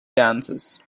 dances